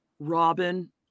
Robin